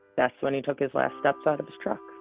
that's when he took his last steps out of his truck.